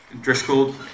Driscoll